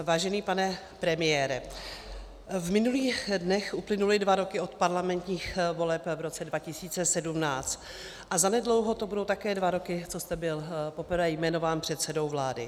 Vážený pane premiére, v minulých dnech uplynuly dva roky od parlamentních voleb v roce 2017 a zanedlouho to budou také dva roky, co jste byl poprvé jmenován předsedou vlády.